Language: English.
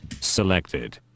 Selected